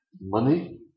Money